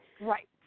Right